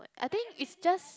I think is just